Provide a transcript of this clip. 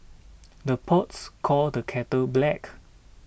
the pots call the kettle black